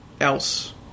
else